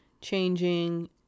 changing